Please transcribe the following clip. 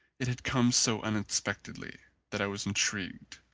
it had come so unexpectedly that i was intrigued.